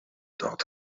dot